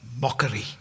mockery